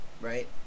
right